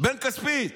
בררה.